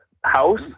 house